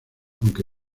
aunque